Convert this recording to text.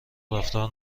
رفتار